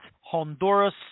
Honduras